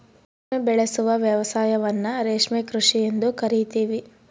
ರೇಷ್ಮೆ ಉಬೆಳೆಸುವ ವ್ಯವಸಾಯವನ್ನ ರೇಷ್ಮೆ ಕೃಷಿ ಎಂದು ಕರಿತೀವಿ